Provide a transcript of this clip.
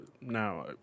Now